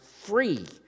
free